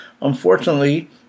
unfortunately